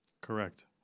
Correct